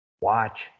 watch